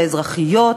האזרחיות,